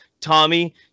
Tommy